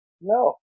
no